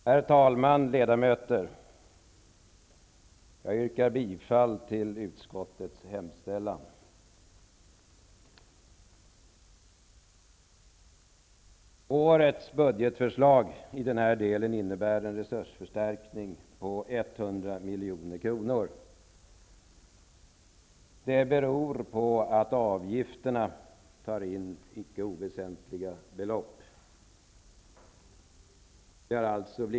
Herr talman! Ledamöter! Jag yrkar bifall till utskottets hemställan. Årets budgetförslag innebär i den här delen en resursförstärkning på 100 milj.kr. Det beror på att man tar in icke oväsentliga belopp genom avgifterna.